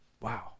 Wow